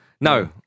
No